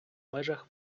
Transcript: межах